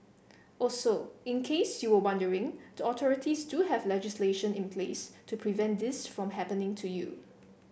also in case you were wondering the authorities do have legislation in place to prevent this from happening to you